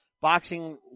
Boxing